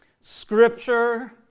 Scripture